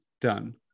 done